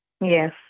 Yes